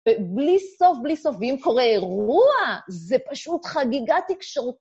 ובלי סוף, בלי סוף, ואם קורה אירוע, זה פשוט חגיגת תקשורתית.